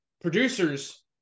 Producers